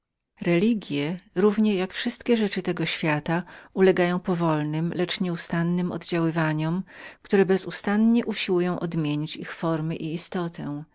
religie równie jak wsystkiewszystkie rzeczy tego świata ulegają ciągłemu i powolnemu działaniu które bezustannie usiłuje odmienić ich formy i istotę